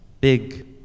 big